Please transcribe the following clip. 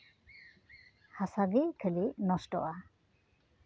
ᱦᱟᱥᱟᱜᱮ ᱠᱷᱟᱹᱞᱤ ᱱᱚᱥᱴᱚᱜᱼᱟ